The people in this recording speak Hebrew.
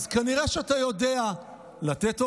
אז כנראה שאתה יודע לתת הוראות,